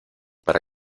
para